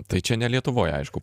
tai čia ne lietuvoj aišku